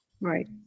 Right